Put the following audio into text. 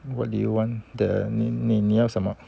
what do you want the 你要什么